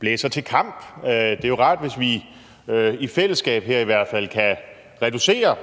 blæser til kamp. Det er jo rart, hvis vi i hvert fald i fællesskab her kan reducere